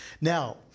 Now